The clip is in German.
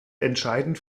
entscheidend